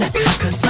Cause